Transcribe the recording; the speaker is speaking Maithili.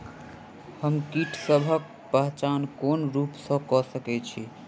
हम कीटसबक पहचान कोन रूप सँ क सके छी?